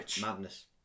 madness